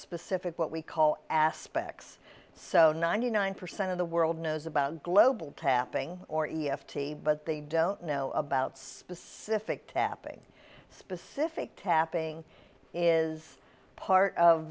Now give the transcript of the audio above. specific what we call aspects so ninety nine percent of the world knows about global tapping or even fifty but they don't know about specific tapping specific tapping is part of